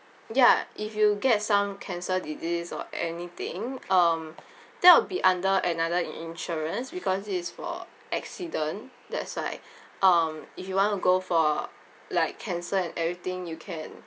ya if you get some cancer disease or anything um that will be under another insurance because this is for accident that's why um if you want to go for like cancer and everything you can